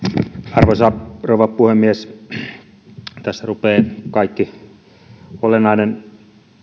arvoisa rouva puhemies tässä rupeaa kaikki olennainen